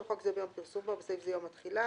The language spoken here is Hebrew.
חוק זה ביום פרסומו (בסעיף זה יום התחילה).